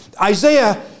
Isaiah